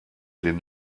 den